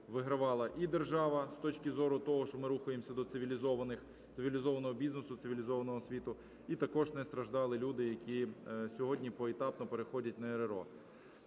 вигравала і держава з точки зору того, що ми рухаємося до цивілізованого бізнесу, цивілізованого світу, і також не страждали люди, які сьогодні поетапно переходять на РРО.